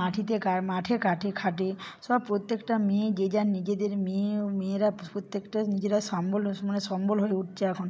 মাঠেতে কার মাঠেঘাটে খাটে সব প্রত্যেকটা মেয়ে যে যার নিজেদের মেয়ে ও মেয়েরা প্রত্যেকটা নিজেরা সাম্বল রসন মানে সম্বল হয়ে উঠছে এখন